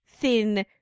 thin